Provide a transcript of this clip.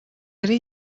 ari